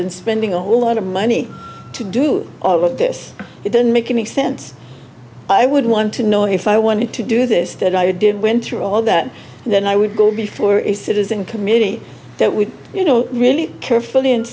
and spending a whole lot of money to do all of this it doesn't make any sense i would want to know if i wanted to do this that i did went through all that and then i would go before it citizen committee that would you know really carefully and